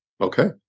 Okay